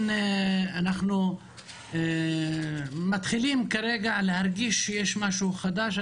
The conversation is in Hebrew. אנחנו מתחילים כרגע להרגיש שיש משהו חדש.